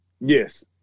Yes